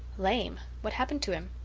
lame? what happened to him?